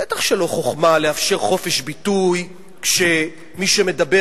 בטח שלא חוכמה לאפשר חופש ביטוי כשמי שמדבר,